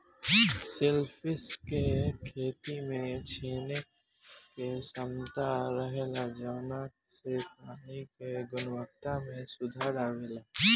shellfish के खेती में छाने के क्षमता रहेला जवना से पानी के गुणवक्ता में सुधार अवेला